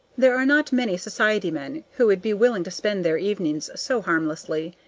there are not many society men who would be willing to spend their evenings so harmlessly.